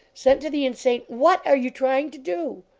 sent to the insane what are you trying to do?